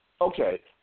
Okay